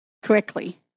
correctly